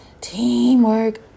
teamwork